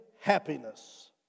happiness